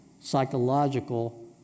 psychological